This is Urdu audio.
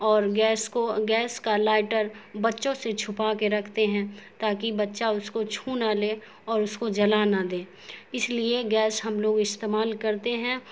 اور گیس کو گیس کا لائٹر بچوں سے چھپا کے رکھتے ہیں تاکہ بچہ اس کو چھو نہ لے اور اس کو جلا نہ دے اس لیے گیس ہم لوگ استعمال کرتے ہیں